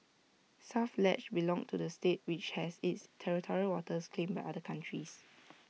south ledge belonged to the state which has its territorial waters claimed by other countries